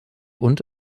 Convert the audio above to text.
und